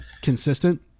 consistent